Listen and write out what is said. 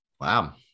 Wow